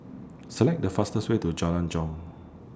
Select The fastest Way to Jalan Jong